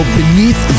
beneath